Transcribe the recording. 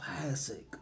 classic